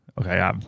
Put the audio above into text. Okay